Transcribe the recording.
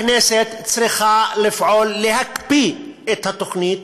הכנסת צריכה לפעול להקפיא את התוכנית,